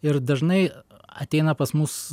ir dažnai ateina pas mus